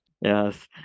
Yes